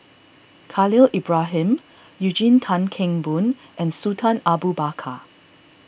Khalil Ibrahim Eugene Tan Kheng Boon and Sultan Abu Bakar